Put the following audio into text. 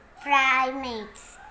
primates